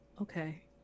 Okay